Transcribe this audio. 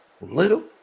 Little